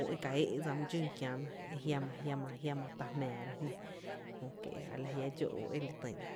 o e ka éé’ tá’ dsa my dxún kiena e jiama, jiama ta jmⱥⱥra jná jö kie’ a la jia’ dxó ú e li tyna.